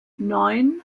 neun